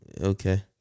Okay